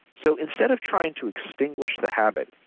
so, instead of trying to extinguish the habit,